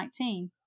2019